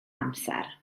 amser